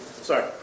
sorry